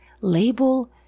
Label